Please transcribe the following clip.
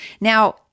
Now